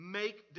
make